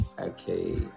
okay